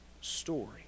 story